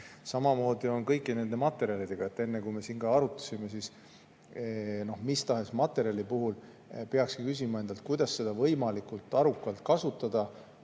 Samamoodi on kõigi nende materjalidega. Enne me siin ka arutasime. Mis tahes materjali puhul peakski endalt küsima, kuidas seda võimalikult arukalt kasutada.